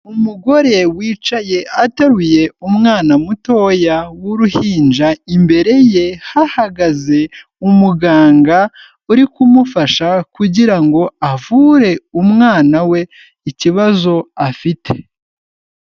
Umugore wicaye ateruye umwana mutoya w'uruhinja, imbere ye hahagaze umuganga uri kumufasha kugira ngo avure umwana we ikibazo afite.